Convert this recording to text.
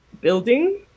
building